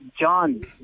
John